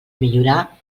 millorar